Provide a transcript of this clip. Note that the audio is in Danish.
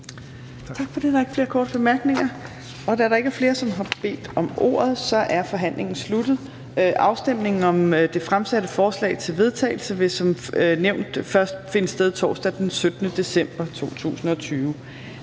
Tak for det. Der er ikke flere korte bemærkninger. Da der ikke er flere, som har bedt om ordet, er forhandlingen sluttet. Afstemning om det fremsatte forslag til vedtagelse vil som nævnt først finde sted torsdag den 17. december 2020.